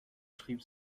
schrieb